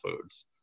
Foods